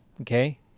okay